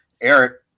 Eric